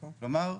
כלומר,